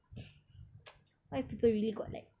what if people really got like